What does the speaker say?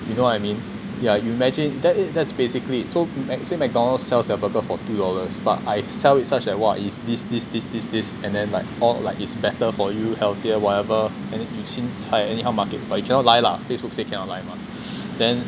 you know what I mean yeah you imagine that that's basically it so say mcdonald's sells their burger for two dollars but I sell it such eh what is this this this this this and then like or like it's better for you healthier or whatever and chin chai I anyhow market or whatever but cannot lie lah facebook say cannot lie mah